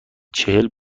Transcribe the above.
چهل